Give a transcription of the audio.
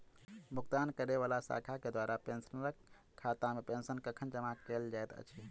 भुगतान करै वला शाखा केँ द्वारा पेंशनरक खातामे पेंशन कखन जमा कैल जाइत अछि